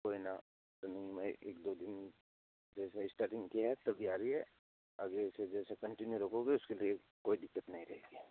कोई ना तो एक दो दिन जैसे स्टार्टिंग किया तभी आ रही है अभी उसे जैसे कन्टिन्यू रखोगे उसके लिए कोई दिक्कत नहीं रहेंगी